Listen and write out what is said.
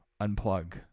unplug